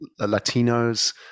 Latinos